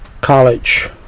college